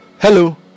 Hello